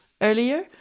earlier